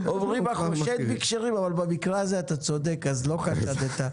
אורי מקלב, עכשיו יש לך זכות הדיבור.